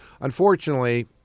unfortunately